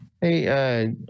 Hey